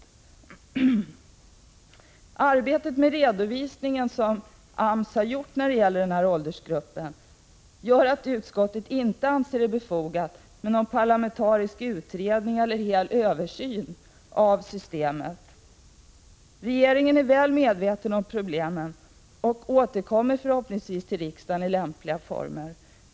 Det arbete med redovisningen som AMS har gjort när det gäller den här åldersgruppen gör att utskottet inte anser det befogat med någon parlamentarisk utredning eller hel översyn av systemet. Regeringen är väl medveten om problemen och återkommer förhoppningsvis till riksdagen i lämpliga former.